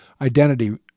identity